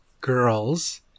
girls